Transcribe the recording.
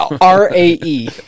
R-A-E